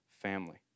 family